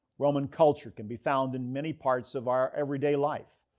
roman culture can be found in many parts of our everyday life.